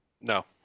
No